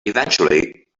eventually